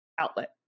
outlet